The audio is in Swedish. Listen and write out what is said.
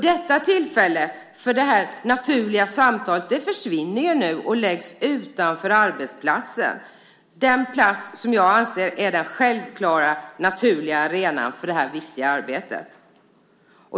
Detta tillfälle för det naturliga samtalet försvinner nu och läggs utanför arbetsplatsen, den plats som jag anser är den självklara, naturliga arenan för detta viktiga arbete.